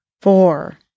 four